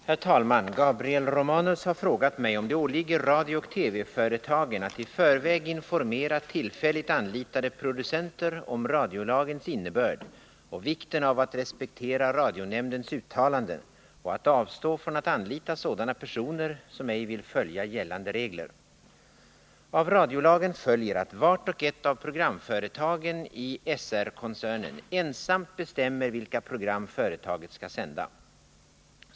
Herr talman! Gabriel Romanus har frågat mig om det åligger radiooch TV-företagen att i förväg informera tillfälligt anlitade producenter om radiolagens innebörd och vikten av att respektera radionämndens uttalanden och att avstå från att anlita sådana personer som ej vill följa gällande regler. Av radiolagen följer att vart och ett av programföretagen i SR-koncernen ensamt bestämmer vilka program företaget skall sända.